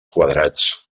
quadrats